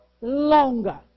longer